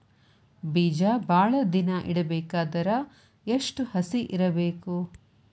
ಬೇಜ ಭಾಳ ದಿನ ಇಡಬೇಕಾದರ ಎಷ್ಟು ಹಸಿ ಇರಬೇಕು?